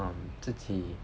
um 自己